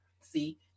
See